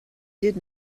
did